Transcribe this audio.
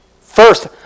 first